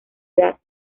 edad